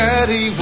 Daddy